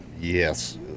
Yes